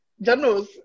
Janos